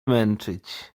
męczyć